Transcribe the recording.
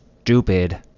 stupid